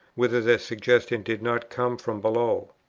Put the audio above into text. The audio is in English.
whether the suggestion did not come from below.